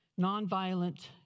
Nonviolent